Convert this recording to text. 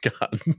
god